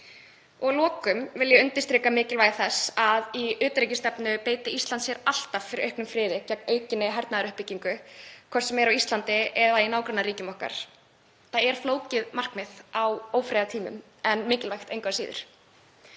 Að lokum vil ég undirstrika mikilvægi þess að í utanríkisstefnu beiti Ísland sér alltaf fyrir auknum friði, gegn aukinni hernaðaruppbyggingu, hvort sem er á Íslandi eða í nágrannaríkjum okkar. Það er flókið markmið á ófriðartímum en mikilvægt engu að síður.